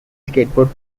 skateboard